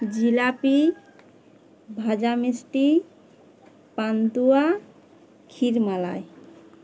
জিলাপি ভাজা মিষ্টি পান্তুয়া ক্ষীরমালাই